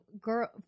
girl